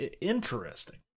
interesting